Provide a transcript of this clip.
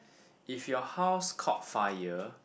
if your house caught fire